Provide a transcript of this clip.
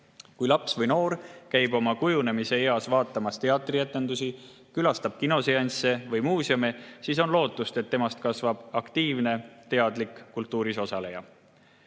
Kui laps või noor käib oma kujunemise eas vaatamas teatrietendusi, külastab kinoseansse või muuseume, siis on lootust, et temast kasvab aktiivne, teadlik kultuuris osaleja.